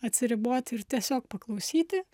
atsiriboti ir tiesiog paklausyti